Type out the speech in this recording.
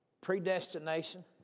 Predestination